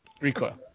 Recoil